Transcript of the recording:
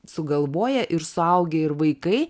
sugalvoję ir suaugę ir vaikai